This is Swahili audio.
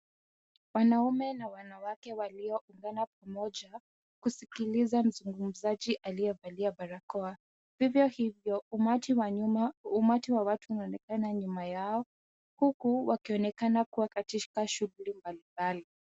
Wanaume na wanawake walioungana pamoja, kusikiliza mzungumzaji aliyevalia barakoa. Vivyo hivyo umati wa nyuma, umati wa watu unaonekana nyuma yao, huku wakionekana kuwa katika shughuli mbalimbali.